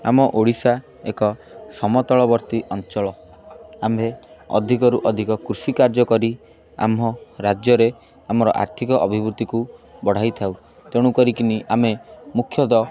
ଆମ ଓଡ଼ିଶା ଏକ ସମତଳବର୍ତ୍ତୀ ଅଞ୍ଚଳ ଆମ୍ଭେ ଅଧିକରୁ ଅଧିକ କୃଷି କାର୍ଯ୍ୟ କରି ଆମ ରାଜ୍ୟରେ ଆମର ଆର୍ଥିକ ଅଭିବୃଦ୍ଧିକୁ ବଢ଼ାଇଥାଉ ତେଣୁ କରିକିନି ଆମେ ମୁଖ୍ୟତଃ